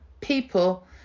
people